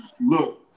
look